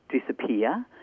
disappear